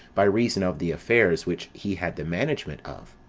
by reason of the affairs which he had the management of.